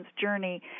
journey